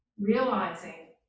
realizing